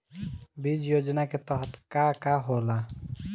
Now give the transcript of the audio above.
बीज योजना के तहत का का होला?